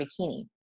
bikini